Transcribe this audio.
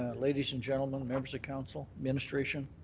ah ladies and gentlemen, members of council, administration,